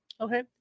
okay